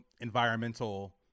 environmental